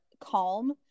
calm